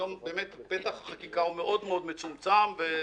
היום פתח החקיקה מצומצם מאוד